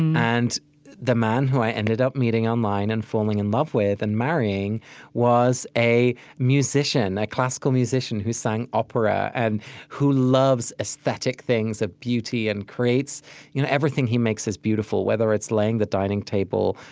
and the man who i ended up meeting online and falling in love with and marrying was a musician, a classical musician who sang opera and who loves aesthetic things of beauty and creates you know everything he makes is beautiful, whether it's laying the dining table,